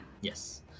Yes